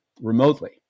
remotely